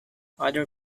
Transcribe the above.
other